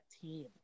team